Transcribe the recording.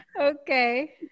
Okay